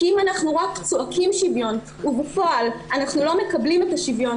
כי אם אנחנו רק צועקים שוויון ובפועל אנחנו לא מקבלים את השוויון